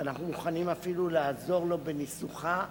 אנחנו מוכנים אפילו לעזור לו בניסוחה,